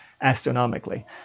astronomically